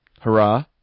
Hurrah